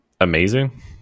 amazing